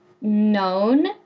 known